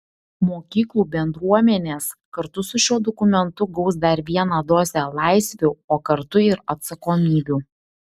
mokyklų bendruomenės kartu su šiuo dokumentu gaus dar vieną dozę laisvių o kartu ir atsakomybių